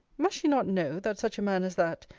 must she not know, that such a man as that,